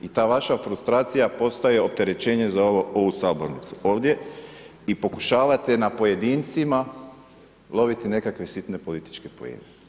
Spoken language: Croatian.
I ta vaša frustracija, postaje opterećenje za ovu sabornicu, ovdje i pokušavate na pojedincima, loviti nekakve sitne političke poene.